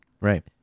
Right